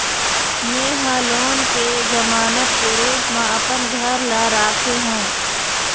में ह लोन के जमानत के रूप म अपन घर ला राखे हों